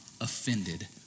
offended